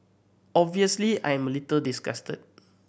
obviously I am a little disgusted